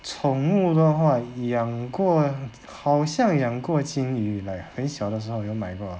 宠物的话养过好像养过金鱼 like 很小的时候有买过